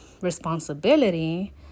responsibility